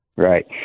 right